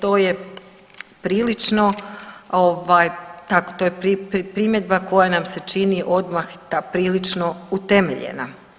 To je prilično to je primjedba koja nam se čini odmah prilično utemeljena.